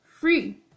free